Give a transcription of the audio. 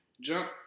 jump